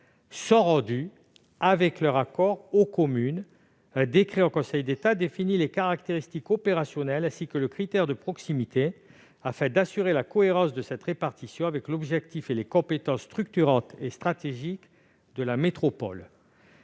-sont rendues, avec leur accord, aux communes. Un décret en Conseil d'État définit les caractéristiques opérationnelles, ainsi que le critère de proximité afin d'assurer la cohérence de cette répartition avec l'objectif et les compétences structurantes et stratégiques de la métropole.